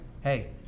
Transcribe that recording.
Hey